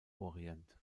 orient